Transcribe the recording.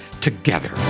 together